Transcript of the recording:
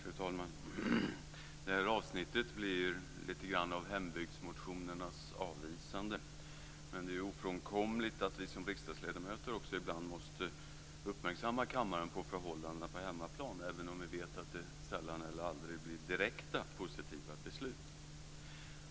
Fru talman! Det här avsnittet blir lite grann av hembygdsmotionernas avvisande. Men det är ofrånkomligt att vi som riksdagsledamöter också ibland måste uppmärksamma kammaren på förhållandena på hemmaplan, även om vi vet att det sällan eller aldrig blir direkta positiva beslut.